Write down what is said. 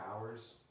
hours